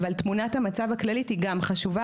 אבל תמונת המצב הכללית היא גם חשובה,